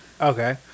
okay